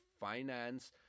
finance